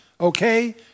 okay